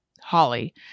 Holly